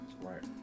Right